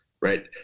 right